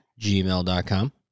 gmail.com